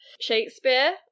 Shakespeare